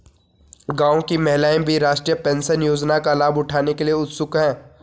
गांव की महिलाएं भी राष्ट्रीय पेंशन योजना का लाभ उठाने के लिए उत्सुक हैं